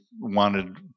wanted